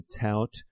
tout